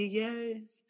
yes